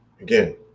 Again